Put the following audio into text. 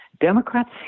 Democrats